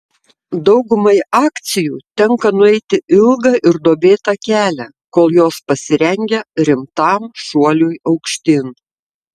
daugumai akcijų tenka nueiti ilgą ir duobėtą kelią kol jos pasirengia rimtam šuoliui aukštyn